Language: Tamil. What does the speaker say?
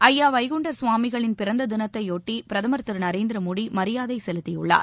அய்யா வைகுண்டர் சுவாமிகளின் பிறந்த தினத்தையொட்டி பிரதமர் திரு நரேந்திர மோடி மரியாதை செலுத்தியுள்ளார்